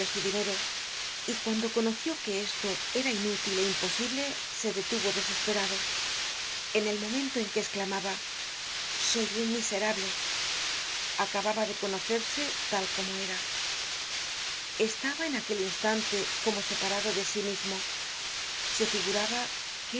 su dinero y cuando conoció que esto era inútil é imposible se detuvo desesperado en el momento en que esclamaba soy un miserable acababa de conocerse tal como era estaba en aquel instante como separado de sí mismo se figuraba que